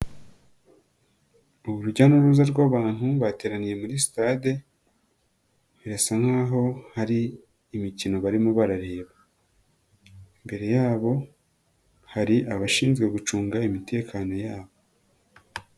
Urujya n'uruza rw'bantu bateraniye muri sitade birasa nkaho hari imikino barimo barareba, imbere yabo hari abashinzwe gucunga imitekano yabo.